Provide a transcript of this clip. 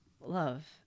love